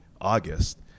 August